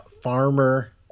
Farmer